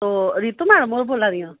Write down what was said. ओह् रित्तू मैडम होर बोला दियां